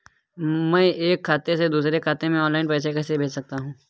मैं एक खाते से दूसरे खाते में ऑनलाइन पैसे कैसे भेज सकता हूँ?